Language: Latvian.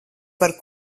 par